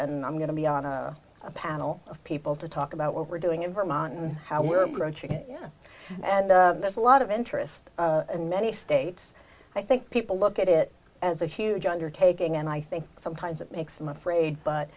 and i'm going to be on a panel of people to talk about what we're doing in vermont and how we're approaching it yeah and there's a lot of interest and many states i think people look at it as a huge undertaking and i think sometimes it makes them afraid but